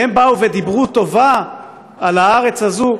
הן באו ודיברו טובה על הארץ הזאת,